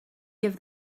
give